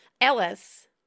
Ellis